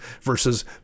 versus